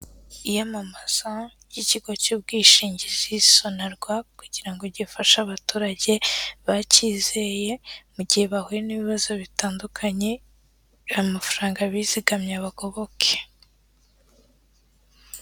Iyamamaza ry'ikigo cy'ubwishingizi Sonarwa kugira ngo gifashe abaturage bacyizeye mu gihe bahuye n'ibibazo bitandukanye, ayo mafaranga bizigamye abagoboke.